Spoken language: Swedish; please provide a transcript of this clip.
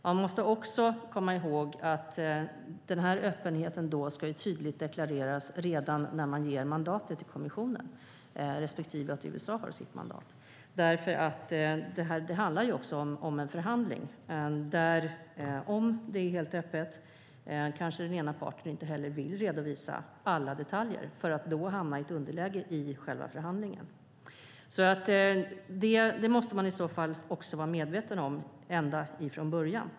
Man måste även komma ihåg att öppenheten ska tydligt deklareras redan när mandatet ges till kommissionen respektive att USA har sitt mandat. Men det handlar ju om en förhandling, och om det är helt öppet kanske den ena parten inte vill redovisa alla detaljer och därmed riskera att hamna i underläge i själva förhandlingen. Det måste man i så fall också vara medveten om ända från början.